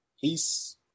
Peace